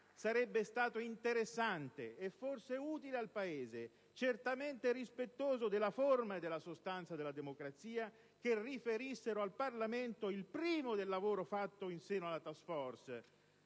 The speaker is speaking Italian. Sarebbe stato interessante e forse utile al Paese, certamente rispettoso della forma e della sostanza della democrazia, che avessero riferito al Parlamento, il primo, del lavoro fatto in seno alla *task* *force*